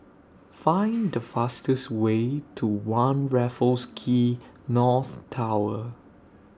Find The fastest Way to one Raffles Quay North Tower